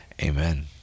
Amen